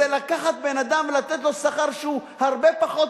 זה לקחת בן אדם ולתת לו שכר שהוא הרבה פחות